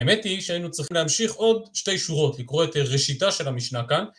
האמת היא שהיינו צריכים להמשיך עוד שתי שורות לקרוא את ראשיתה של המשנה כאן